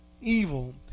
evil